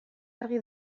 argi